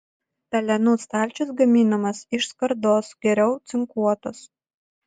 pelenų stalčius gaminamas iš skardos geriau cinkuotos